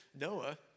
Noah